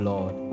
Lord